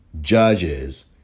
Judges